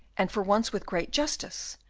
and for once with great justice,